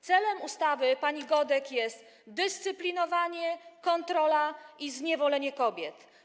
Celem ustawy pani Godek jest dyscyplinowanie, kontrolowanie i zniewolenie kobiet.